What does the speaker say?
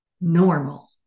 normal